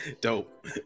Dope